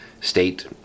state